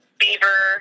beaver